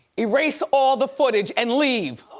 erase all the footage and leave.